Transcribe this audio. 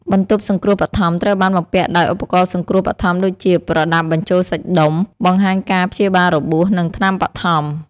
បន្ទប់សង្រ្គោះបឋមត្រូវបានបំពាក់ដោយឧបករណ៍សង្រ្គោះបឋមដូចជា ប្រដាប់បញ្ចូលសាច់ដុំ បង្ហាញការព្យាបាលរបួស និងថ្នាំបឋម។